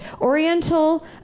Oriental